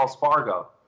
Fargo